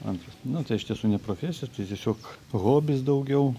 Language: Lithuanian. antras na tai iš tiesų ne profesija tai tiesiog hobis daugiau